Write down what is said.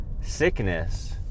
sickness